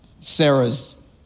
Sarah's